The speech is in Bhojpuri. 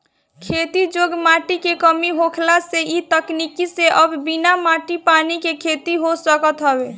खेती योग्य माटी के कमी होखला से इ तकनीकी से अब बिना माटी पानी के खेती हो सकत हवे